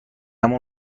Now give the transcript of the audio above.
مون